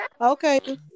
Okay